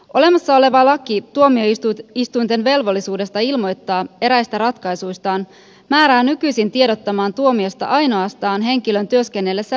olemassa oleva laki tuomioistuinten velvollisuudesta ilmoittaa eräistä ratkaisuistaan määrää nykyisin tiedottamaan tuomiosta ainoastaan henkilön työskennellessä virkasuhteessa